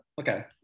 Okay